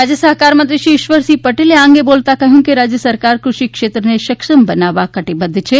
રાજ્ય સહકાર મંત્રી શ્રી ઇશ્વરસિંહ પટેલે આ અંગે બોલતા કહ્યું કે રાજ્ય સરકાર ક઼ષિક્ષેત્રને સક્ષમ બનાવવા કટિબદ્ધ છે